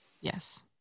Yes